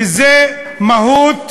שזה מהות,